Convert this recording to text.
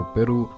Peru